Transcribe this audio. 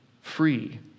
free